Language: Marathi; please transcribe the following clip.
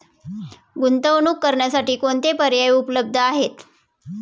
गुंतवणूक करण्यासाठी कोणते पर्याय उपलब्ध आहेत?